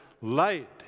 light